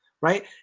right